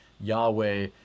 Yahweh